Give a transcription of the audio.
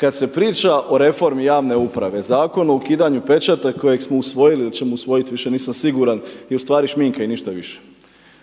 Kad se priča o reformi javne uprave, Zakon o ukidanju pečata kojeg smo usvojili ili ćemo usvojiti više nisam siguran je u stvari šminka i ništa više.